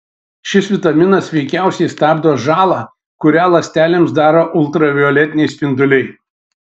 šis vitaminas veikiausiai stabdo žalą kurią ląstelėms daro ultravioletiniai spinduliai